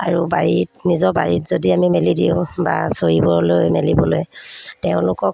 আৰু বাৰীত নিজৰ বাৰীত যদি আমি মেলি দিওঁ বা চৰিবলৈ মেলিবলৈ তেওঁলোকক